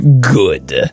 Good